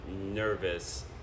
nervous